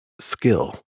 skill